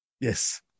Yes